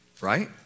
right